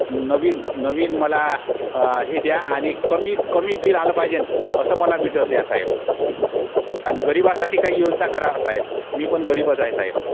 नवीन नवीन मला हे द्या आणि कमीत कमी बिल आलं पाहिजे असं मला मीटर द्या साहेब आणि गरिबासाठी काही योजना करा साहेब मी पण गरीबच आहे साहेब